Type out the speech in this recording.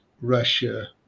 Russia